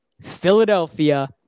Philadelphia